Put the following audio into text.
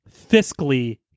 fiscally